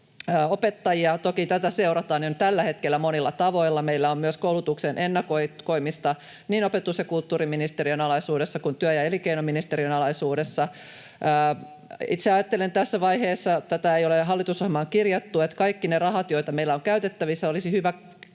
opettajia. Toki tätä seurataan jo tällä hetkellä monilla tavoilla. Meillä on myös koulutuksen ennakoimista niin opetus- ja kulttuuriministeriön alaisuudessa kuin työ- ja elinkeinoministeriön alaisuudessa. Itse ajattelen tässä vaiheessa — tätä ei ole hallitusohjelmaan kirjattu — että kaikki ne rahat, joita meillä on käytettävissä, olisi hyvä kohdistaa